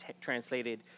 translated